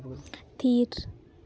ᱛᱷᱤᱨ